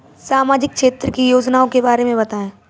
सामाजिक क्षेत्र की योजनाओं के बारे में बताएँ?